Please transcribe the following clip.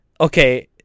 Okay